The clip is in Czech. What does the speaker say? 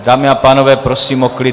Dámy a pánové, prosím o klid.